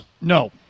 No